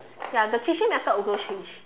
ya the teaching method also change